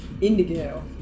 Indigo